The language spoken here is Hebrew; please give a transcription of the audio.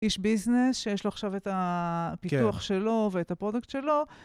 איש ביזנס, שיש לו עכשיו את הפיתוח שלו, ואת הפרודוקט שלו.